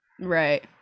Right